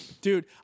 dude